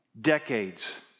Decades